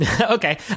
Okay